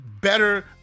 better